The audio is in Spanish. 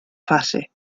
fase